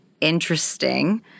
interesting